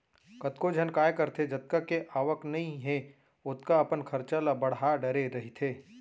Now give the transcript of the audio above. कतको झन काय करथे जतका के आवक नइ हे ओतका अपन खरचा ल बड़हा डरे रहिथे